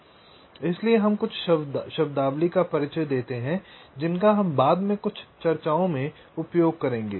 इसलिए हम कुछ शब्दावली का परिचय देते हैं जिनका हम बाद में कुछ चर्चाओं में उपयोग करेंगे